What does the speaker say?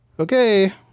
Okay